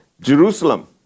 Jerusalem